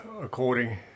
according